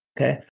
okay